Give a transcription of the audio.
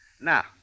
Now